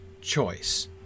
choice